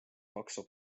paksu